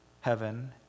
heaven